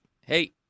Hey